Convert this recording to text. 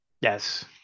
Yes